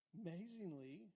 amazingly